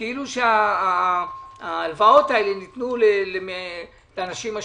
כאילו שההלוואות האלה ניתנו לאנשים עשירים,